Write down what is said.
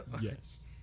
Yes